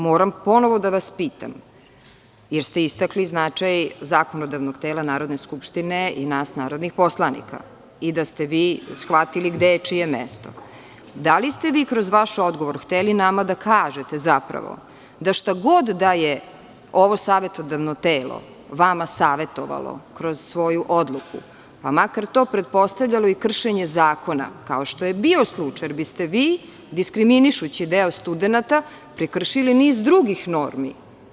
Moram ponovo da vas pitam, jer ste istakli značaj zakonodavnog tela Narodne skupštine i nas narodnih poslanika i da ste vi shvatili gde je čije mesto, da li ste vi kroz vaš odgovor hteli nama da kažete, zapravo, da šta god da je ovo savetodavno telo vama savetovalo kroz svoju odluku, pa makar to pretpostavljalo i kršenje zakona, kao što je i bio slučaj, jer bi ste vi diskriminišući deo studenata prekršili niz drugih normi?